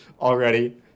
already